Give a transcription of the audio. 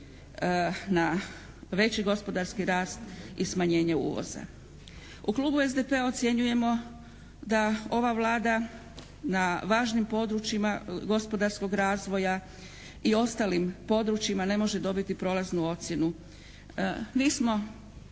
na veći gospodarski rast i smanjenje uvoza. U Klubu SDP-a ocjenjujemo da ova Vlada na važnim područjima gospodarskog razvoja i ostalim područjima ne može dobiti prolaznu ocjenu.